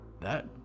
That